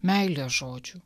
meilės žodžių